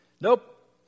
Nope